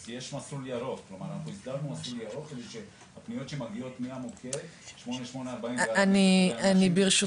אנחנו הסדרנו מסלול ירוק כך שהפניות שמגיעות ממוקד 8840* -- ברשותך,